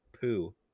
poo